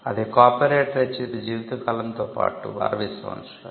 అది కాపీరైట్ రచయిత జీవిత కాలంతో పాటు 60 సంవత్సరాలు